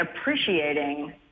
appreciating